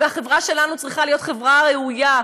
והחברה שלנו צריכה להיות חברה ראויה,